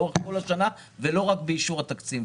לאורך כל השנה ולא רק באישור התקציב.